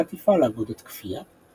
חטיפה לעבודות כפייה,